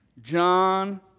John